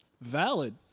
valid